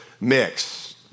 mix